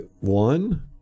one